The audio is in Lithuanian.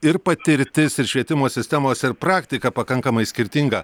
ir patirtis ir švietimo sistemos ir praktika pakankamai skirtinga